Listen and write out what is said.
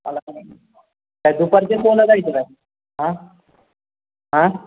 काय दुपारच्या शोला जायचं काय हां हां